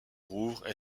rouvre